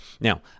Now